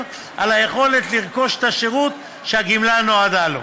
על היכולת לרכוש את השירות שהגמלה נועדה לו.